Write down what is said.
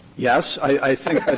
yes. i think